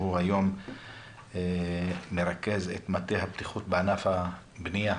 שהוא היום מרכז את מטה הבטיחות בענף הבנייה,